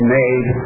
made